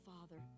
Father